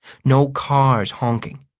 no cars honking.